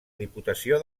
diputació